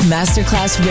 Masterclass